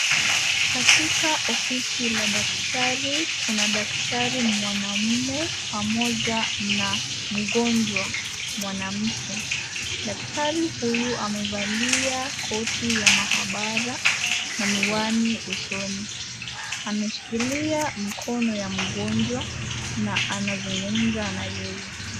Katika ofisi la daktari kuna daktari mwanaume pamoja mgonjwa mwanamke, daktari huyu amevalia koti ya maabara na miwani usoni ameshikilia mkono ya mgonjwa na anazungumza na yeye.